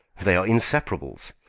they are inseparables.